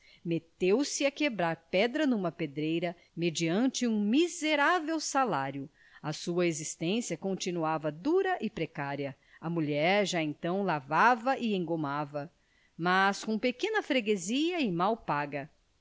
privações meteu-se a quebrar pedra em uma pedreira mediante um miserável salário a sua existência continuava dura e precária a mulher já então lavava e engomava mas com pequena freguesia e mal paga